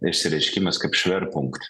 išsireiškimas kaip šverpunkt